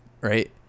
right